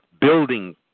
building